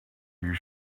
you